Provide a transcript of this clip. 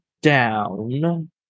down